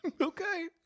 Okay